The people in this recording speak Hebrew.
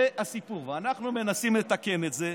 זה הסיפור, ואנחנו מנסים לתקן את זה.